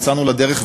יצאנו לדרך,